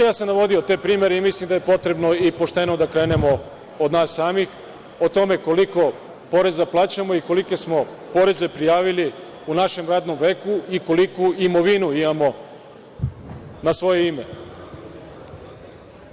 Ja sam navodio te primere i mislim da je potrebno i pošteno da krenemo od nas samih, o tome koliko poreza plaćamo i kolike smo poreze prijavili u našem radnom veku i koliku imovinu imamo na svoje ime.